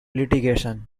litigation